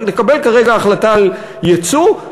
נקבל כרגע החלטה על ייצוא,